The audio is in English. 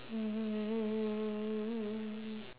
um